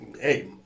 hey